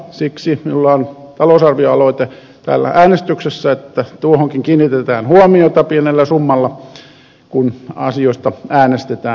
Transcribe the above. siksi minulla on talousarvioaloite täällä äänestyksessä että tuohonkin kiinnitetään huomiota pienellä summalla kun asioista äänestetään huomenna